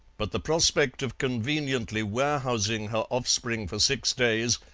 but the prospect of conveniently warehousing her offspring for six days,